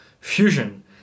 Fusion